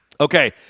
Okay